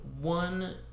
one